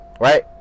Right